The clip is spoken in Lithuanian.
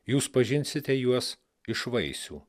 jūs pažinsite juos iš vaisių